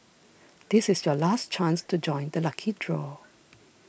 this is your last chance to join the lucky draw